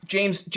James